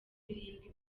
birindwi